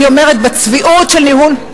אני אומרת: בצביעות של ניהול,